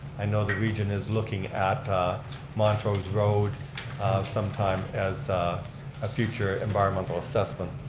i know the region is looking at montrose road sometime as a future environmental assessment.